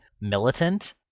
militant